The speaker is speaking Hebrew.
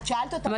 את שאלת אותה אם